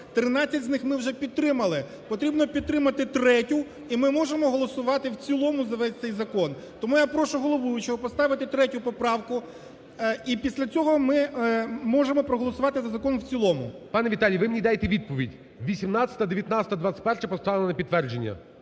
13 з них ми вже підтримали. Потрібно підтримати 3-ю і ми можемо голосувати в цілому за весь цей закон. Тому я прошу головуючого поставити 3 поправку і після цього ми можемо проголосувати за закон в цілому. ГОЛОВУЮЧИЙ. Пане Віталій, ви мені дайте відповідь, 18-а, 19-а, 21-а поставити на підтвердження,